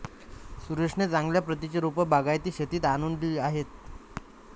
सुरेशने चांगल्या प्रतीची रोपे बागायती शेतीत आणली आहेत